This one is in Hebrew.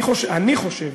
אני חושב